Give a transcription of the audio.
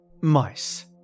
Mice